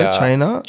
China